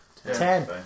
Ten